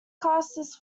classes